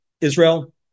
Israel